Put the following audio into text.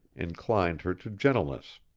inclined her to gentleness.